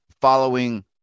following